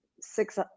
six